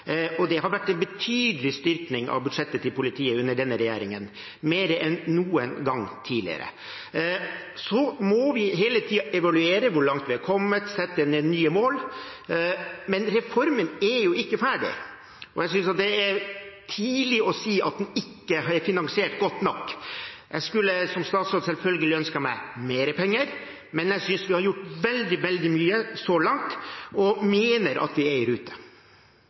Det har vært en betydelig styrking av budsjettene til politiet under denne regjeringen – mer enn noen gang tidligere. Vi må hele tiden evaluere hvor langt vi er kommet og sette oss nye mål, men reformen er ikke ferdig. Jeg synes det er tidlig å si at den ikke er finansiert godt nok. Jeg skulle, som statsråd, selvfølgelig ønsket meg mer penger, men jeg synes vi har gjort veldig mye så langt, og mener at vi er i rute.